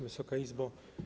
Wysoka Izbo!